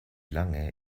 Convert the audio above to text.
lange